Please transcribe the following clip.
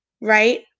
right